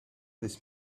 this